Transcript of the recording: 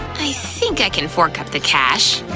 i think i can fork up the cash.